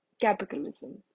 capitalism